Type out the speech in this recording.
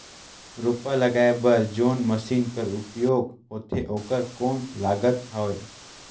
रोपा लगाय बर जोन मशीन कर उपयोग होथे ओकर कौन लागत हवय?